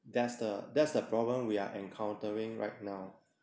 that's the that's the problem we are encountering right now